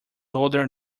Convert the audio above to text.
older